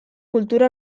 kultura